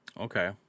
Okay